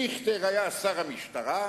דיכטר היה שר המשטרה.